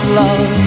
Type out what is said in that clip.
love